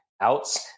outs